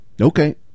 okay